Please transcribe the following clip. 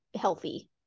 healthy